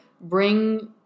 bring